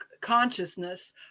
consciousness